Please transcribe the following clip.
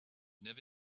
never